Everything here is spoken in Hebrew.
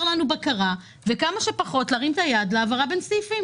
לנו בקרה וכמה שפחות להרים את היד להעברה בין סעיפים,